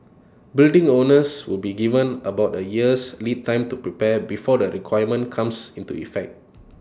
building owners will be given about A year's lead time to prepare before the requirement comes into effect